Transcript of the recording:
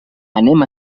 anem